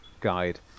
guide